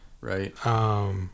right